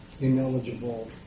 ineligible